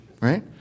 right